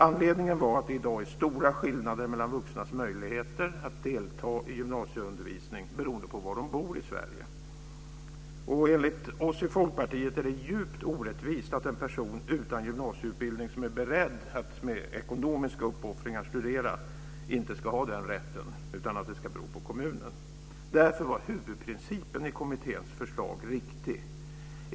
Anledningen var att det i dag är stora skillnader mellan vuxnas möjligheter att delta i gymnasieundervisning beroende på var i Sverige de bor. Enligt Folkpartiet är det djupt orättvist att en person utan gymnasieutbildning, som är beredd att med ekonomiska uppoffringar studera, inte ska ha den rätten, utan att det ska bero på kommunen. Därför var huvudprincipen i kommitténs förslag riktig.